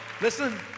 listen